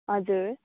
हजुर